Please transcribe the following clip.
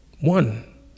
One